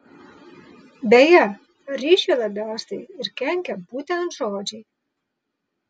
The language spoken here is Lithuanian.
beje ryšiui labiausiai ir kenkia būtent žodžiai